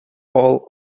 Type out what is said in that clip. all